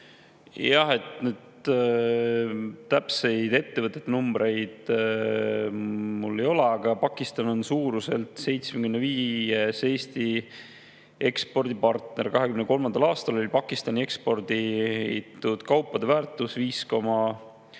Jah! Täpseid ettevõtete numbreid mul ei ole, aga Pakistan on suuruselt Eesti 75. ekspordipartner. 2023. aastal oli Pakistani eksporditud kaupade väärtus 5,9